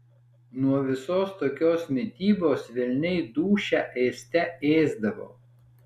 nuo visos tokios mitybos velniai dūšią ėste ėsdavo